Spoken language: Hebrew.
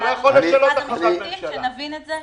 אתה רוצה --- את משרד המשפטים שנבין את זה?